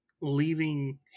leaving